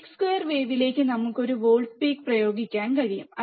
peak square വേവിലേക്ക് നമുക്ക് ഒരു വോൾട്ട് പീക്ക് പ്രയോഗിക്കാൻ കഴിയും